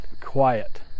quiet